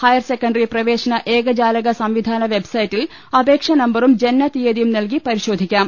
higher secondary പ്രവേശന ഏകജാലക സംവിധാന വെബ് സ്റ്റൈൽ അപേക്ഷാനമ്പറും ജനനതിയ്യതിയും നൽകി പരിശോധിക്കാം